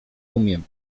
umiem